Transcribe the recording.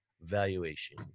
valuation